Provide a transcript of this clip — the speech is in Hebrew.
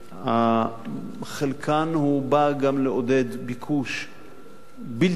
חלקן באו גם לעודד ביקוש בלתי ישיר,